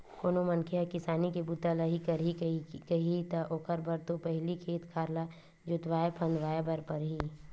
कोनो मनखे ह किसानी के बूता ल ही करहूं कइही ता ओखर बर तो पहिली खेत खार ल जोतवाय फंदवाय बर परही